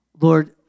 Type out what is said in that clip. Lord